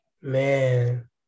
Man